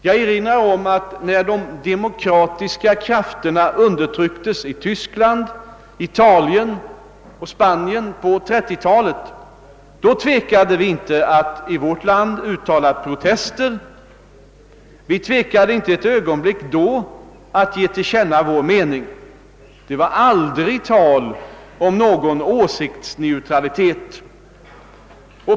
Jag erinrar om att när de demokratiska krafterna undertrycktes i Tyskland, Italien och Spanien på 1930-talet, så tvekade vi inte i vårt land ett ögonblick att uttala protester och ge vår mening till känna. Det var aldrig tal om någon åsiktsneutralitet.